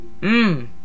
Mmm